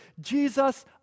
Jesus